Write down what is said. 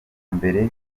mbere